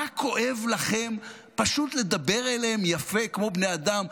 מה כואב לכם פשוט לדבר אליהם יפה, כמו בני אדם?